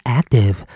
active